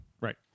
right